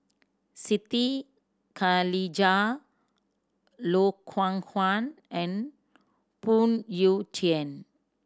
Siti Khalijah Loh Hoong Kwan and Phoon Yew Tien